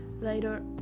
later